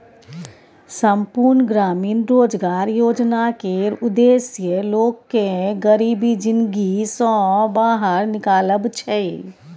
संपुर्ण ग्रामीण रोजगार योजना केर उद्देश्य लोक केँ गरीबी जिनगी सँ बाहर निकालब छै